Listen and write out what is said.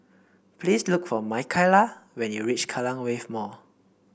please look for Makaila when you reach Kallang Wave Mall